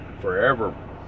forever